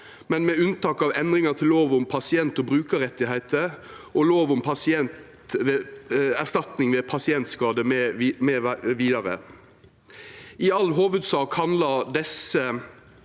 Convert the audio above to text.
med unntak av endringar i lov om pasient- og brukarrettar og lov om erstatning ved pasientskade mv. I all hovudsak handlar desse